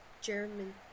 German